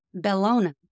Bellona